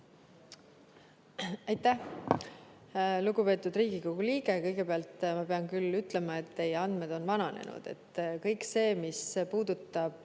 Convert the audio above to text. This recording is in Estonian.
Aitäh! Lugupeetud Riigikogu liige, kõigepealt ma pean küll ütlema, et teie andmed on vananenud. Kõik see, mis puudutab